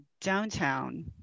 downtown